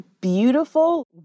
beautiful